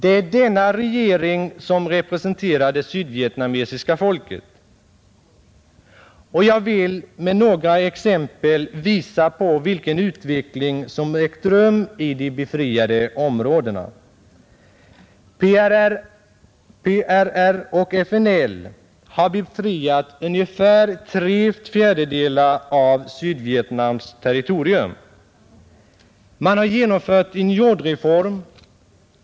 Det är denna regering som representerar det sydvietnamesiska folket, och jag vill med några exempel visa på vilken utveckling som ägt rum i de befriade områdena. PRR och FNL har befriat ungefär tre fjärdedelar av Sydvietnamns territorium. Man har genomfört en jordreform.